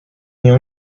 nią